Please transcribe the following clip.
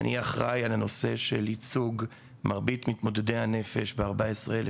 אני אחראי על הנושא של ייצוג מרבית מתמודדי הנפש ב-14,000